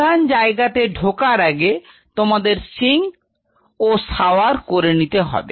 প্রধান জায়গাতে ঢোকার আগে তোমাদের সিঙ্ক ও সাওয়ার করে নিতে হবে